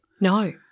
no